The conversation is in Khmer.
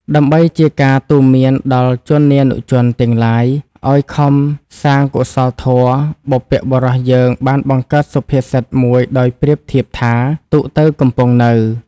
ដើម្បីជាការទូន្មានដល់ជនានុជនទាំងឡាយ ឲ្យខំសាងកុសលធម៌ បុព្វបុរសយើងបានបង្កើតសុភាសិតមួយដោយប្រៀបធៀបថា ទូកទៅ កំពង់នៅ។